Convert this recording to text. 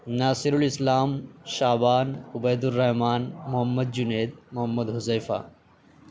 Nasir ul Islam Shaban Ubaid ur Rahman Muhammad Junaid Muhammad Huzaifa